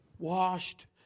Washed